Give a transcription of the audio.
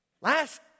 Last